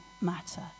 matter